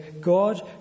God